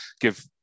give